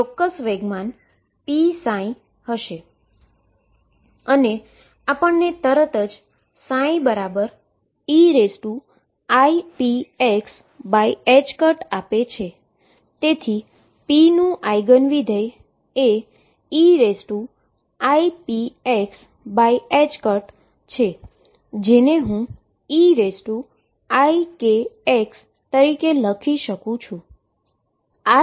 અને આપણને તરત જ ψeipx આપે છે તેથી p નું આઇગન ફંક્શન એ eipx છે જેને હું eikx તરીકે લખી શકું છું